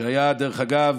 הרב זוננפלד,